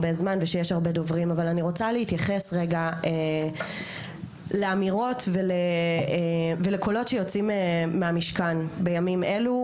אני רוצה להתייחס לאמירות ולקולות שיוצאים מהמשכן בימים אלו,